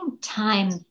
time